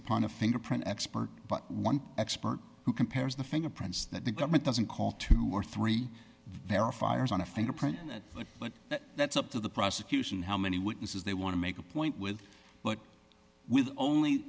upon a fingerprint expert but one expert who compares the fingerprints that the government doesn't call two or three verifiers on a fingerprint but that's up to the prosecution how many witnesses they want to make a point with but with only